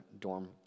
dorm